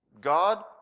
God